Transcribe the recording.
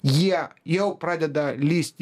jie jau pradeda lįsti